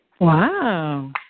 Wow